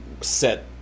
set